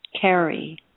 Carry